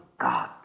God